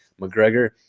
McGregor